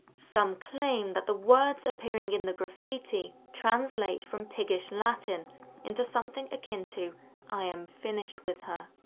some claim that the words appearing in the graffiti translate from piggish latin into something akin to i am finished with her.